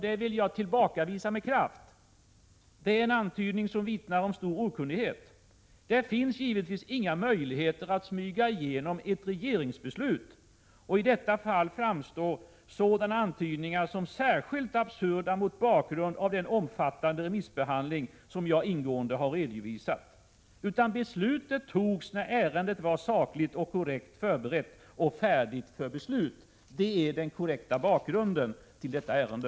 Det tillbakavisar jag med kraft. Det är en antydning som vittnar om stor okunnighet. Det finns givetvis ingen möjlighet att smyga igenom ett regeringsbeslut. I detta fall framstår sådana antydningar som särskilt absurda, mot bakgrund av den omfattande remissbehandling som jag ingående har redovisat. Beslutet togs när ärendet var sakligt och korrekt förberett och färdigt för avgörande. Det är den korrekta bakgrunden till detta ärende.